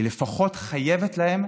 היא לפחות חייבת להם